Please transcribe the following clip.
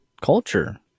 Culture